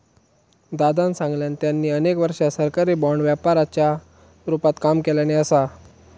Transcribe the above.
दादानं सांगल्यान, त्यांनी अनेक वर्षा सरकारी बाँड व्यापाराच्या रूपात काम केल्यानी असा